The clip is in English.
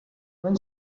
when